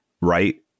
right